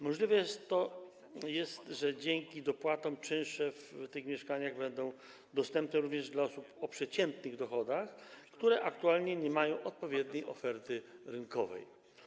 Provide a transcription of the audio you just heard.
Możliwe jest to, że dzięki dopłatom czynsze w tych mieszkaniach będą dostępne również dla osób o przeciętnych dochodach, dla których aktualnie nie ma odpowiedniej oferty rynkowej.